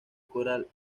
coral